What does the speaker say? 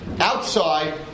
outside